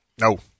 No